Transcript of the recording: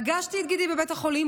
פגשתי את גידי בבית החולים.